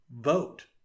vote